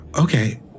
Okay